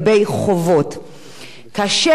כאשר העובדים אינם מאוגדים,